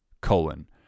colon